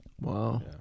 Wow